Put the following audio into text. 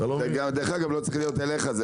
זו גם לא הערה שצריכה להיות מכוונת אליך,